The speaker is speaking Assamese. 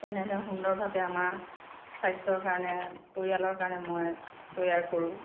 তেনেধৰণে সুন্দৰভাৱে আমাৰ স্বাস্থ্যৰ কাৰণে পৰিয়ালৰ কাৰণে মই তৈয়াৰ কৰোঁ